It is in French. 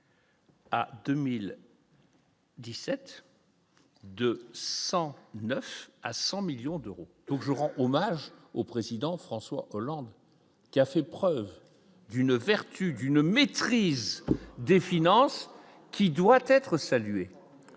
17. De 109 à 100 millions d'euros, donc je rends hommage au président François Hollande qui a fait preuve. D'une vertu d'une maîtrise des finances qui doit être salué